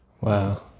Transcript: Wow